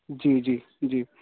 जी जी जी